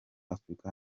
afurika